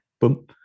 Boom